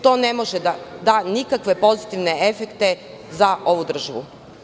To ne može da da nikakve pozitivne efekte za ovu državu.